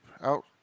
out